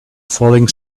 falling